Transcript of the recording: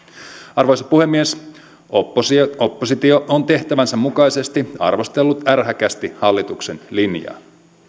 arvoisa puhemies oppositio oppositio on tehtävänsä mukaisesti arvostellut ärhäkästi hallituksen linjaa